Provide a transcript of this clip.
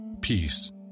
peace